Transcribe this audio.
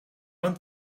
one